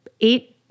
eight